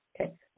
Okay